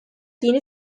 yeni